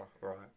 Right